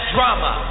Drama